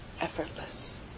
effortless